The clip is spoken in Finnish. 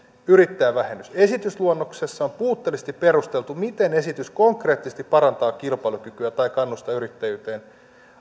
esitysluonnoksessa on puutteellisesti perusteltu miten esitys konkreettisesti parantaa kilpailukykyä tai kannustaa yrittäjyyteen